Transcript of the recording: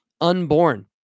unborn